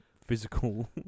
physical